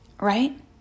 right